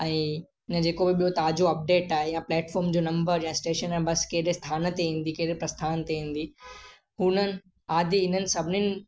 ऐं ईअं जेको बि ताजो अपडेट आहे या प्लेटफोर्म जो नम्बर या स्टेशन या बस कहिड़े स्थान ते ईंदी केरे प्रस्थान ते ईंदी हुननि आदि हिननि सभिनीनि